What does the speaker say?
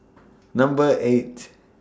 Number eight